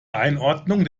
einordnung